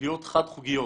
להיות חד-חוגיות.